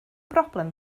broblem